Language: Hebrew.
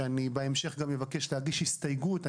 שבהמשך גם אבקש להגיש הסתייגות.